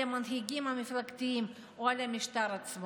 המנהיגים המפלגתיים או על המשטר עצמו.